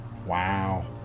Wow